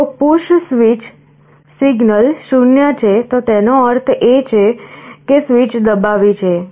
જો push switch signal 0 છે તો તેનો અર્થ એ છે કે સ્વીચ દબાવી છે